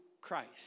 Christ